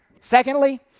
Secondly